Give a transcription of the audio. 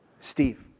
Steve